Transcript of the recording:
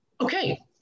Okay